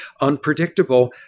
unpredictable –